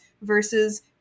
versus